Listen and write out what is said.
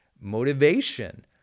motivation